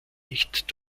nicht